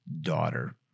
daughter